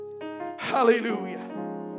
Hallelujah